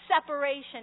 separation